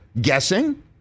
guessing